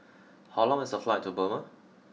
how long is the flight to Burma